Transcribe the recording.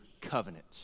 covenant